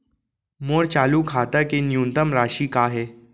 मोर चालू खाता के न्यूनतम राशि का हे?